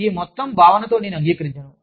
ఈ మొత్తం భావనతో నేను అంగీకరించను